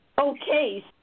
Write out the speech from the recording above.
Okay